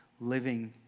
living